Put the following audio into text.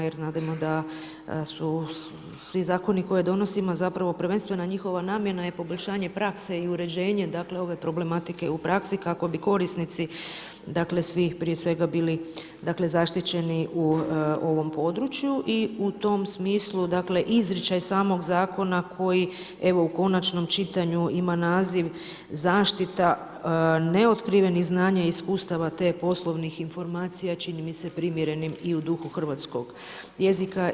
Jer znademo da su svi zakoni koje donosimo, zapravo prvenstvena njihova namjena je poboljšanje prakse i uređenje ove problematike u praksi kako bi korisnici svi, prije svega bili zaštićeni u ovom području i u tom smislu, dakle, izričaj samog zakona koji evo u konačnom čitanju ima naziv Zaštita neotkrivenih znanja i iskustava, te poslovnih informacija, čini mi se primjereni i u duhu hrvatskog jezika.